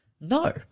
no